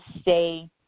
stay